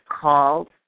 called